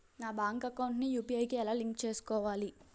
నా bank account ని UPI కి ఎలా లింక్ చేసుకోవాలి?